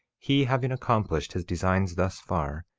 he having accomplished his designs thus far,